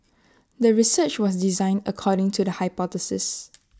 the research was designed according to the hypothesis